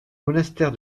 monastère